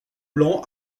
blanc